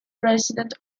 resident